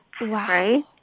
right